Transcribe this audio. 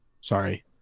Sorry